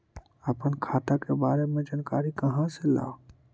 अपन खाता के बारे मे जानकारी कहा से ल?